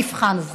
המבחן הזה.